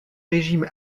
régime